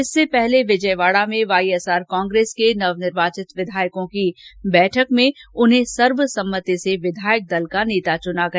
इससे पहले विजयवाड़ा में वाईएसआर कांग्रेस के नव निर्वाचित विधायकों की बैठक में उन्हें सर्वसम्मति से विधायक दल का नेता चुना गया